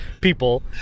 people